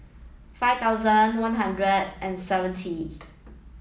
five thousand one hundred and seventy